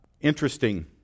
Interesting